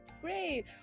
Great